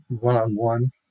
one-on-one